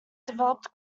developed